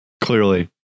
Clearly